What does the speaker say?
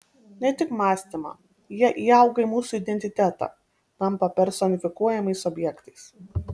ne tik mąstymą jie įauga į mūsų identitetą tampa personifikuojamais objektais